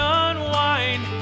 unwind